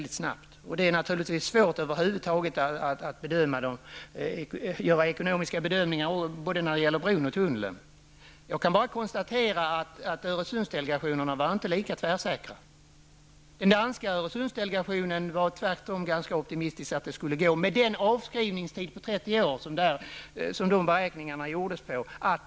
Det är naturligtvis svårt att över huvud taget göra ekonomiska bedömningar i fråga om både bron och tunneln. Jag kan bara konstatera att Öresundsdelegationerna inte var lika tvärsäkra. Den danska Öresundsdelegationen var tvärtom ganska optimistisk om att en tunnel skulle löna sig med den avskrivningstid på 30 år som beräkningarna var gjorda på.